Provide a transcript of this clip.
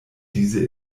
diese